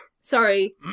Sorry